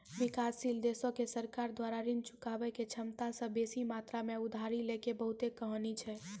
विकासशील देशो के सरकार द्वारा ऋण चुकाबै के क्षमता से बेसी मात्रा मे उधारी लै के बहुते कहानी छै